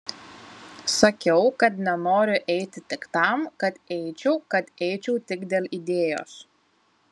sakiau kad nenoriu eiti tik tam kad eičiau kad eičiau tik dėl idėjos